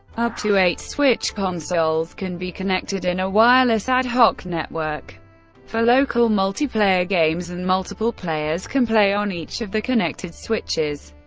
up to eight switch consoles can be connected in a wireless ad hoc network for local multiplayer games, and multiple players can play on each of the connected switches.